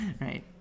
right